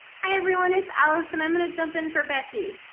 hi everyone is alison. i'm gonna jump in for becky.